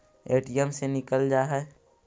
ATM से निकल जा है?